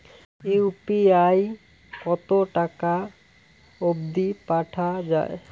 UPI কতো টাকা অব্দি পাঠা যায়?